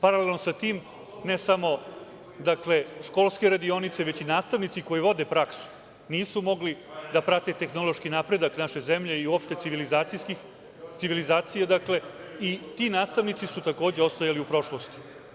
Paralelno sa tim, ne samo školske radionice već i nastavnici koji vode praksu nisu mogli da prate tehnološki napredak naše zemlje i uopšte civilizacije i ti nastavnici su takođe ostajali u prošlosti.